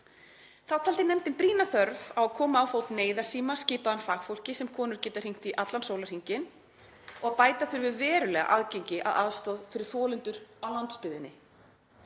Þá taldi nefndin brýna þörf á að koma á fót neyðarsíma skipaðan fagfólki sem konur geta hringt í allan sólarhringinn og að bæta þurfi verulega aðgengi að aðstoð fyrir þolendur á landsbyggðinni.